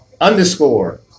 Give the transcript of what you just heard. underscore